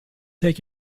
take